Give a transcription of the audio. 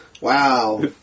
Wow